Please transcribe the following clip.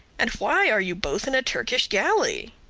and why are you both in a turkish galley?